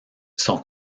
son